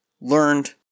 learned